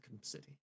City